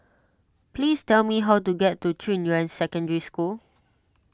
please tell me how to get to Junyuan Secondary School